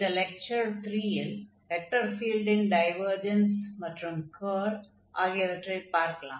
இந்த லெக்சர் 3 ல் வெக்டர் ஃபீல்டின் டைவர்ஜன்ஸ் மற்றும் கர்ல் ஆகியவற்றைப் பார்க்கலாம்